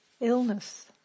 Illness